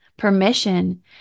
permission